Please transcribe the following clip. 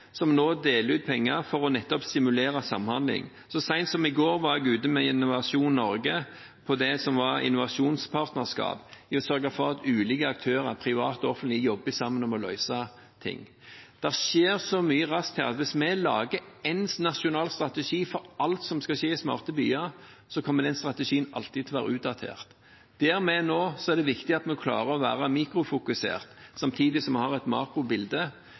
som nå deler ut penger for nettopp å stimulere til samhandling. Så sent som i går var jeg ute med Innovasjon Norge på det som er kalt Innovasjonspartnerskap – for å sørge for at ulike aktører, private og offentlige, jobber sammen om å løse ting. Det skjer så mye så raskt her at hvis vi lager én nasjonal strategi for alt som skal skje i smarte byer, kommer den strategien alltid til å være utdatert. Der vi er nå, er det viktig at vi klarer å være mikrofokusert, samtidig som vi har et makrobilde.